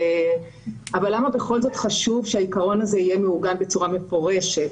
למה חשוב שהעיקרון הזה יהיה מעוגן בצורה מפורשת?